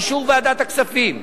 באישור ועדת הכספים.